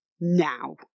Now